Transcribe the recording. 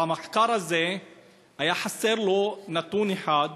אבל במחקר הזה היה חסר נתון אחד,